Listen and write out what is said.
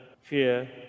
fear